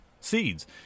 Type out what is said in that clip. seeds